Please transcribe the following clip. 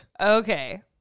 Okay